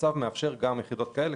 הצו מאפשר גם יחידות סמך של משרד הביטחון,